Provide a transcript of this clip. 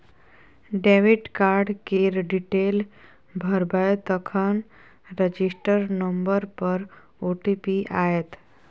debit card केर detail भरबै तखन रजिस्टर नंबर पर ओ.टी.पी आएत